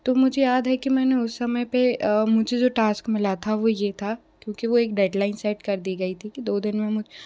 तो मुझे याद है कि मैंने उस समय पे मुझे जो टास्क मिला था वो ये था क्योंकि वो एक डेडलाइन सेट कर दी गई थी कि दो दिन में